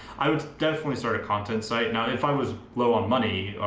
i would definitely start a content site. now if i was low on money,